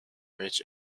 which